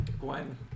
Gwen